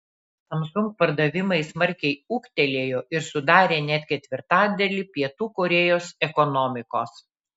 samsung pardavimai smarkiai ūgtelėjo ir sudarė net ketvirtadalį pietų korėjos ekonomikos